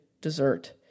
dessert